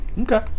okay